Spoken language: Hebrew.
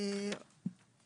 במהדורתו העדכנית ביותר,